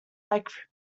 like